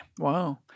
Wow